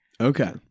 Okay